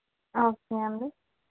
okay అండి